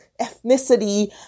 ethnicity